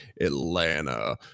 Atlanta